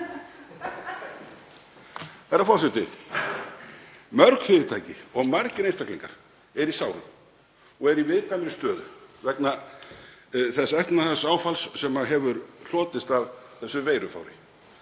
Herra forseti. Mörg fyrirtæki og margir einstaklingar eru í sárum og eru í viðkvæmri stöðu vegna þess efnahagsáfalls sem hefur hlotist af þessu veirufári.